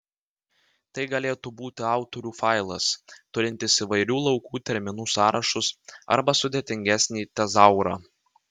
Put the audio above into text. tai galėtų būti autorių failas turintis įvairių laukų terminų sąrašus arba sudėtingesnį tezaurą